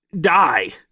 die